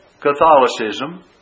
Catholicism